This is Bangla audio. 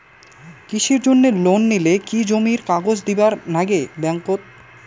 কৃষির জন্যে লোন নিলে কি জমির কাগজ দিবার নাগে ব্যাংক ওত?